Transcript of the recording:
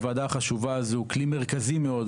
כלי מרכזי מאוד,